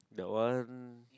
that one